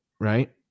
right